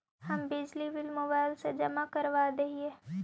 हम बिजली bill mobile से जमा करवा देहियै?